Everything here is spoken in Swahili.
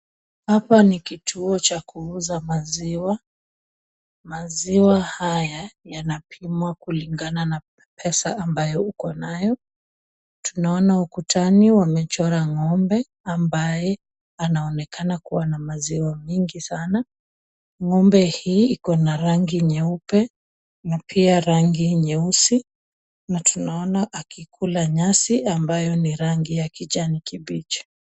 Hapa ni kituo cha kuuza maziwa. Maziwa haya yanapimwa kulingana na pesa ambayo uko nayo. Tunaona ukutani wamechora ng'ombe, ambaye anaonekana kuwa na maziwa mingi sana. Ng'ombe hii iko na rangi nyeupe, na pia rangi nyeusi, na tunaona akikula nyasi ambayo ni rangi ya kijani kibichi.